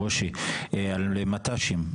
ברושי, על מת"שים.